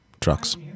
trucks